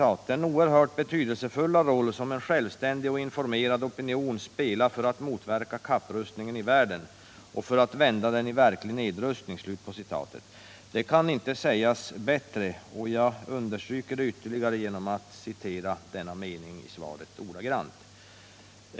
”Den ena är den oerhört betydelsefulla roll som en självständig och informerad opinion spelar för att motverka kapprustningen i världen och för att vända den i verklig nedrustning.” Det kan inte sägas bättre. Jag understryker det ytterligare genom att citera denna mening i svaret ordagrant.